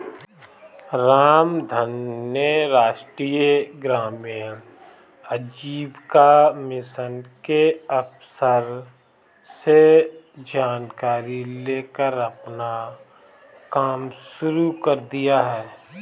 रामधन ने राष्ट्रीय ग्रामीण आजीविका मिशन के अफसर से जानकारी लेकर अपना कम शुरू कर दिया है